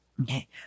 Okay